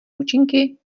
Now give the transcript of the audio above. účinky